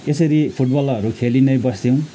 यसरी फुटबलहरू खेलि नै बस्थ्यौँ